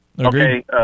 Okay